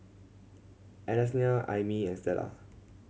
Ananias Aimee and Stella